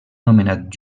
nomenat